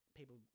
people